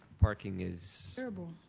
parking is terrible.